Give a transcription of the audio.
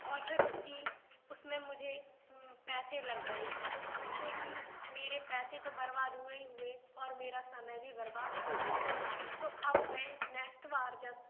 और फिर उसकी उसने मुझे पैसे लग गए जिससे कि मेरे पैसे तो बर्बाद हुए ही हुए और मेरा समय भी बर्बाद हो गया तो अब मैं नेक्स्ट बार जब